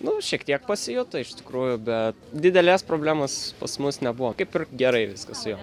nu šiek tiek pasijuto iš tikrųjų bet didelės problemos pas mus nebuvo kaip ir gerai viskas su juo